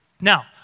Now